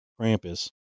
Krampus